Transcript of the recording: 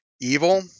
evil